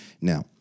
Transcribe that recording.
Now